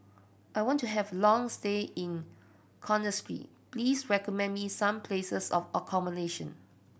I want to have a long stay in Conakry please recommend me some places of accommodation